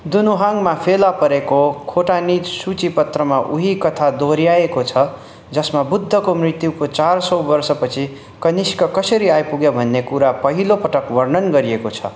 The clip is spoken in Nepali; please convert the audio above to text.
दुनहुआङमा फेलापरेको खोटानिज सूचीपत्रमा उही कथा दोहोऱ्याइएको छ जसमा बुद्धको मृत्युको चार सौ वर्षपछि कनिष्क कसरी आइपुगे भन्ने कुरा पहिलो पटक वर्णन गरिएको छ